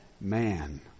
Man